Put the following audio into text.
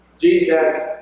Jesus